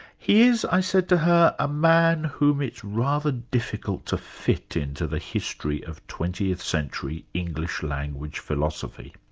he is, i said to her, a man who um it's rather difficult to fit into the history of twentieth century english language philosophy.